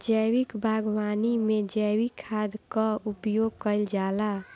जैविक बागवानी में जैविक खाद कअ उपयोग कइल जाला